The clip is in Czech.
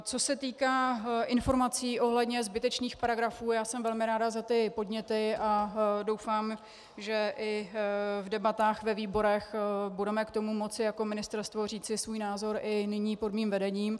Co se týká informací ohledně zbytečných paragrafů, jsem velmi ráda za ty podněty a doufám, že i při debatách ve výborech budeme k tomu moci jako ministerstvo říci svůj názor i nyní pod mým vedením.